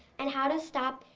and how to stop,